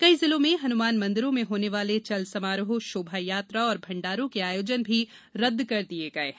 कई जिलों में हनुमान मंदिरों में होने वाले चल समारोह शोभायात्रा और भंडारों के आयोजन भी रदद कर दिये गये हैं